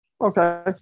Okay